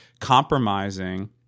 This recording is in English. compromising